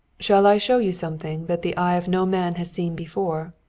shall i show you something that the eye of no man has seen before,